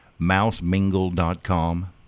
MouseMingle.com